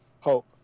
Hope